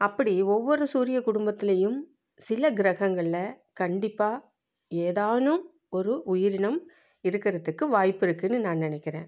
அப்படி ஒவ்வொரு சூரியக் குடும்பத்துலேயும் சில கிரகங்களில் கண்டிப்பாக ஏதேனும் ஒரு உயிரினம் இருக்கிறதுக்கு வாய்ப்பு இருக்குன்னு நான் நினைக்கிறேன்